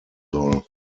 soll